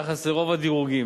וביחס לרוב הדירוגים,